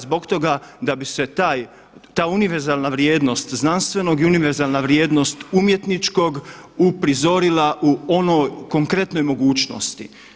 Zbog toga da bi se ta univerzalna vrijednost znanstvenog i univerzalna vrijednost umjetničkog uprizorila u onoj konkretnoj mogućnosti.